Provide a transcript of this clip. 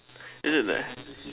is it there